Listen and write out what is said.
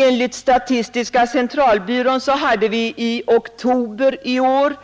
Enligt statistiska centralbyrån hade vi i oktober i år